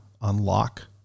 unlock